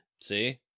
See